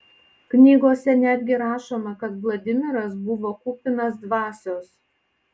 knygose netgi rašoma kad vladimiras buvo kupinas dvasios